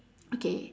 okay